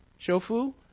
Shofu